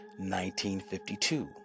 1952